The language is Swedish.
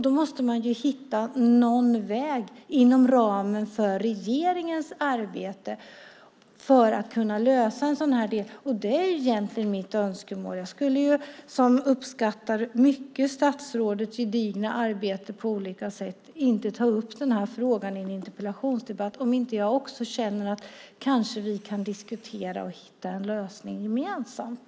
Då måste man ju hitta någon väg inom ramen för regeringens arbete för att kunna lösa en sådan del. Det är egentligen mitt önskemål. Jag, som mycket uppskattar statsrådets gedigna arbete på olika sätt, skulle inte ta upp den här frågan i en interpellationsdebatt om jag inte också kände att vi kanske kan diskutera och hitta en lösning gemensamt.